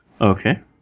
Okay